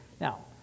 now